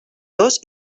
dos